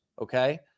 okay